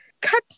Cut